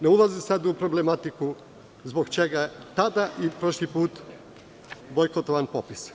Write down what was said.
Ne ulazim sada u problematiku zbog čega je tada i prošli put bojkotovan popis.